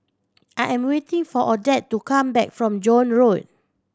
I am waiting for Odette to come back from Joan Road